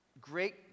great